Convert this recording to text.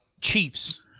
Chiefs